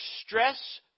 stress